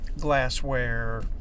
glassware